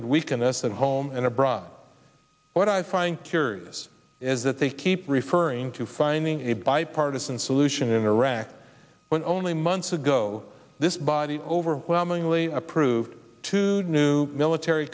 would weaken us at home and abroad what i find curious is that they keep referring to finding a bipartisan solution in iraq when only months ago this body overwhelmingly approved to do military